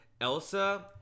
elsa